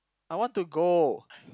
I want to go